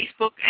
Facebook